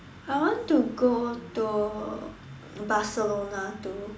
I want to go to Barcelona to